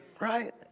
Right